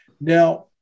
Now